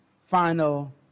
final